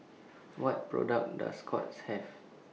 What products Does Scott's Have